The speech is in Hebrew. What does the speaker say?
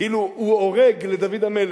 כאילו הוא עורג לדוד המלך.